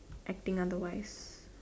acting otherwise